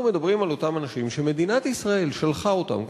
אנחנו מדברים על אותם אנשים שמדינת ישראל שלחה אותם.